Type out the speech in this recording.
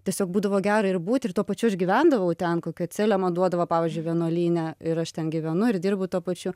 tiesiog būdavo gera ir būti ir tuo pačiu aš gyvendavau ten kokią celę man duodavo pavyzdžiui vienuolyne ir aš ten gyvenu ir dirbu tuo pačiu